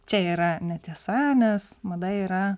čia yra netiesa nes mada yra